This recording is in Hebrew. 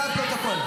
זה הפרוטוקול.